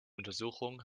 untersuchung